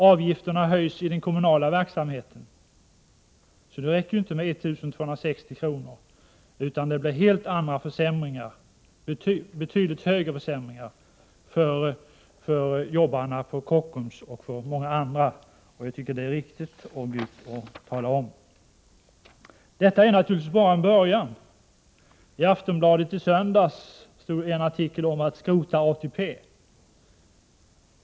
Avgifterna höjs också i den kommunala verksamheten. Det räcker därför inte med en försämring på de 1 260 kr. som Sten Andersson i Malmö talar om, utan försämringarna blir betydligt större för jobbarna på Kockums och på många andra håll. Det är viktigt att tala om detta. Det här är naturligtvis bara en början. I Aftonbladet från i söndags stod en artikel om att skrota ATP.